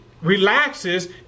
relaxes